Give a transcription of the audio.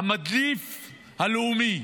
המדליף הלאומי.